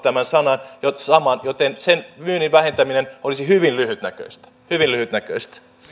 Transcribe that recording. tämän saman joten sen omistuksen vähentäminen olisi hyvin lyhytnäköistä hyvin lyhytnäköistä nyt